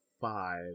five